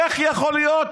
איך יכול להיות